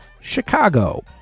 Chicago